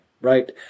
right